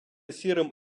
сірим